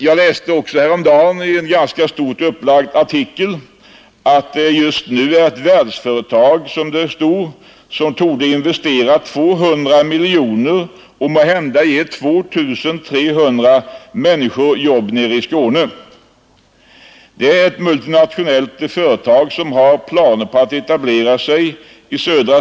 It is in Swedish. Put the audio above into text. Jag läste också häromdagen i en ganska stort upplagd artikel att det just nu är ett världsföretag som torde — står det — investera 200 miljoner kronor och måhända ge 2 300 människor jobb nere i Skåne. Det är alltså ett multinationellt företag som har planer på att etablera sig där.